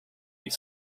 your